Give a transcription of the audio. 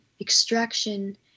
extraction